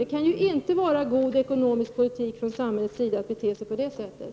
Det kan inte vara en god ekonomisk politik från samhällets sida att bete sig på det sättet.